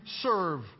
serve